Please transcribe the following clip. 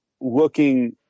looking